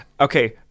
Okay